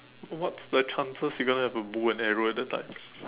what's the chances you gonna have a bow and arrow at that time